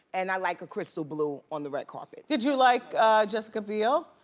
and i like a crystal blue on the red carpet. did you like jessica biel?